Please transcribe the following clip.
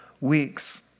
weeks